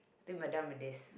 I think we are done with this